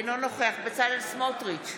אינו נוכח בצלאל סמוטריץ'